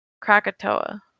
Krakatoa